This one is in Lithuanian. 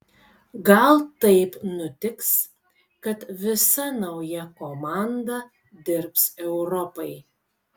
gal taip nutiks kad visa nauja komanda dirbs europai